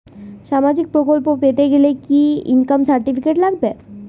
সামাজীক প্রকল্প পেতে গেলে কি ইনকাম সার্টিফিকেট লাগবে?